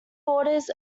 boarders